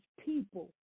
people